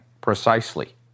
precisely